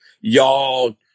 y'all